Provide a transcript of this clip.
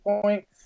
point